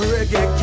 Reggae